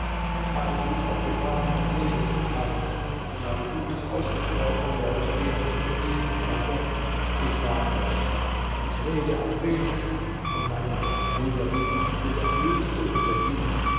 ich habe dies auf gefahr meines lebens getan doch ich habe gutes ausgestreut an leute die es nicht verdienen bei gott ich war kein schwätzer ich rede am wenigsten von meinen sechs brüdern und bin der klügste unter ihnen